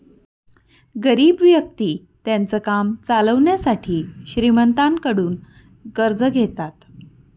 गरीब व्यक्ति त्यांचं काम चालवण्यासाठी श्रीमंतांकडून कर्ज घेतात